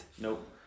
Nope